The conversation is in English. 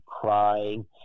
crying